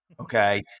okay